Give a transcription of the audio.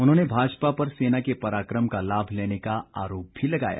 उन्होंने भाजपा पर सेना के पराक्रम का लाभ लेने का आरोप भी लगाया